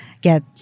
get